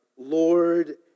Lord